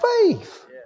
faith